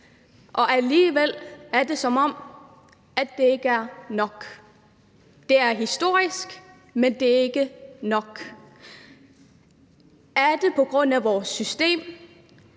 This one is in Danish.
men alligevel er det, som om det ikke er nok. Det er historisk, men det er ikke nok. Er det på grund af vores system,